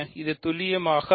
இது துல்லியமாக I